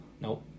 Nope